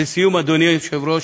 לסיום, אדוני היושב-ראש,